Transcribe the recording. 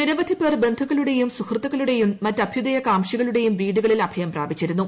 നിരവധിപേർ ബന്ധുക്കളുടേയും സുഹൃത്തുക്കളുടേയും മറ്റ് അഭ്യുദയകാംക്ഷികളുടേയും വീടുകളിൽ അഭയം പ്രാപിച്ചിരുന്നു